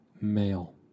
Male